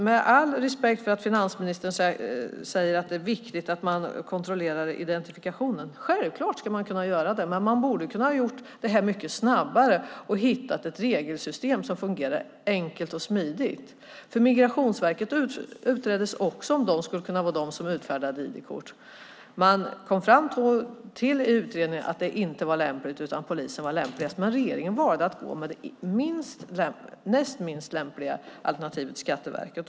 Med all respekt för att finansministern säger att det är viktigt att kontrollera identifikationen - självklart ska man kunna göra det - men man borde ha kunnat göra det mycket snabbare och hitta ett regelsystem som fungerar enkelt och smidigt. Det utreddes också om Migrationsverket skulle kunna utfärda ID-kort. Man kom i utredningen fram till att det inte var lämpligt utan att polisen var lämpligast. Men regeringen valde det näst minst lämpliga alternativet, Skatteverket.